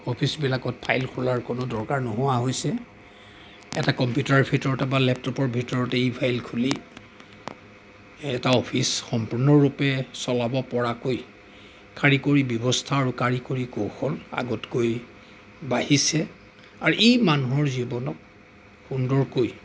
অফিচবিলাকত file খোলাৰ কোনো দৰকাৰ নোহোৱা হৈছে এটা কম্পিউটাৰৰ ভিতৰতেই বা লেপটপৰ ভিতৰতেই ফাইল খুলি এটা অফিচ সম্পূৰ্ণৰূপে চলাব পৰাকৈ কাৰিকৰী ব্যৱস্থা আৰু কাৰিকৰী কৌশল আগতকৈ বাঢ়িছে আৰু ই মানুহৰ জীৱনত সুন্দৰকৈ